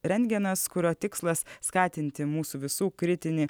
rentgenas kurio tikslas skatinti mūsų visų kritinį